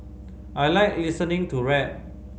I like listening to rap